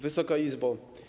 Wysoka Izbo!